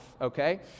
okay